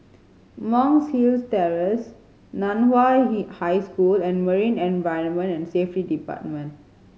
Monk's Hill Terrace Nan Hua High School and Marine Environment and Safety Department